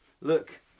look